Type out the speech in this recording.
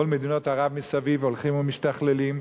כל מדינות ערב מסביב הולכות ומשתכללות,